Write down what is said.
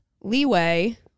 leeway